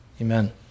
Amen